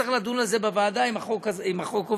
נצטרך לדון על זה בוועדה אם החוק עובר,